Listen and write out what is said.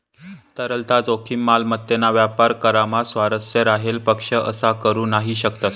तरलता जोखीम, मालमत्तेना व्यापार करामा स्वारस्य राहेल पक्ष असा करू नही शकतस